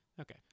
Okay